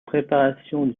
préparation